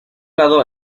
lado